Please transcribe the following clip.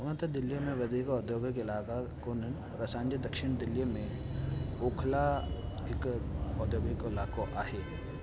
हूंअ त दिल्लीअ में वधीक ओध्योगिक इलाइक़ा कोननि परि असांजे दक्षिण दिल्लीअ में ओखला हिकु ओध्योगिक इलाइक़ो आहे